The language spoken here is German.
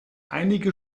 einige